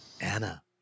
Anna